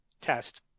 test